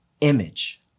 Image